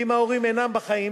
ואם ההורים אינם בחיים,